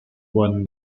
won